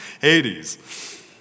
Hades